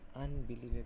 unbelievable